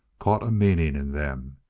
caught a meaning in them.